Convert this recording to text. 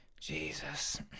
Jesus